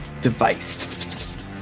device